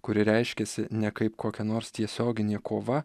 kuri reiškiasi ne kaip kokia nors tiesioginė kova